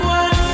one